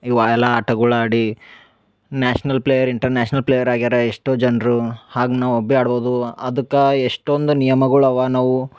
ಇವು ಎಲ್ಲ ಆಟಗಳು ಆಡಿ ನ್ಯಾಷ್ನಲ್ ಪ್ಲೇಯರ್ ಇಂಟರ್ನ್ಯಾಷ್ನಲ್ ಪ್ಲೇಯರ್ ಆಗ್ಯಾರ ಎಷ್ಟೋ ಜನರು ಹಾಗೆ ನಾವು ಒಬ್ರೇ ಆಡ್ಬೌದು ಅದಕ್ಕ ಎಷ್ಟೊಂದು ನಿಯಮಗಳು ಅವ ನಾವು